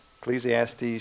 Ecclesiastes